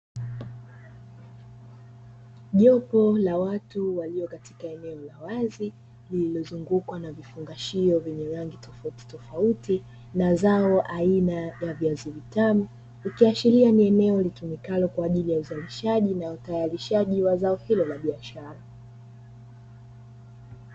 Jopo la watu walio katika eneo la wazi lililozungukwa na vifungashio vyenye rangi tofautitofauti na zao aina ya viazi vitamu, ikiashiria ni eneo litumikalo kwa ajili ya uzalishaji na utayarishaji wa zao hilo la biashara.